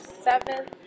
seventh